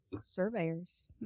surveyors